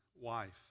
wife